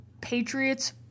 Patriots